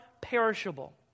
perishable